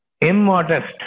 immodest